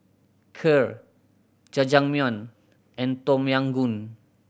Kheer Jajangmyeon and Tom Yam Goong